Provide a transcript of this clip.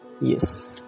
Yes